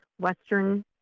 Western